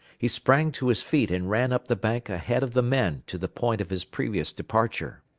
he sprang to his feet and ran up the bank ahead of the men to the point of his previous departure.